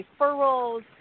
referrals